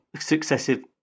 successive